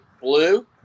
blue